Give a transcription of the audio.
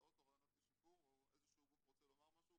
הצעות או רעיונות לשיפור או איזשהו גוף רוצה לומר משהו,